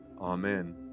Amen